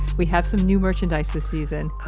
we have some new merchandise this season! ah!